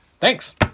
thanks